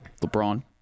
LeBron